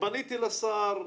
פניתי לשר.